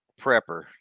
prepper